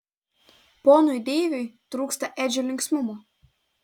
ponui deiviui trūksta edžio linksmumo